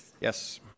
Yes